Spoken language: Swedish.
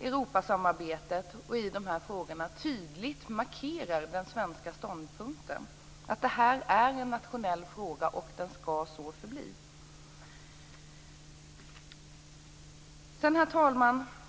Europasamarbetet i dessa frågor tydligt markerar den svenska ståndpunkten. Det är en nationell fråga, och den skall så förbli. Herr talman!